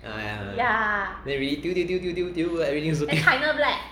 ah yeah then really 丢丢丢丢丢 really zouk in